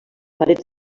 parets